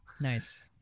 nice